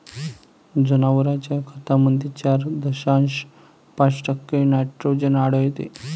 जनावरांच्या खतामध्ये चार दशांश पाच टक्के नायट्रोजन आढळतो